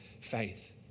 faith